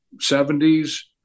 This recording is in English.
70s